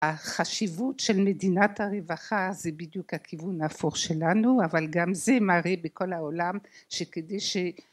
החשיבות של מדינת הרווחה זה בדיוק הכיוון ההפוך שלנו אבל גם זה מראה בכל העולם שכדי ש...